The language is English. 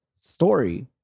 story